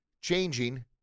changing